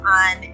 on